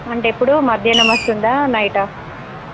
అంటే ఎప్పుడు మధ్యాహ్నం వస్తుందా నైటా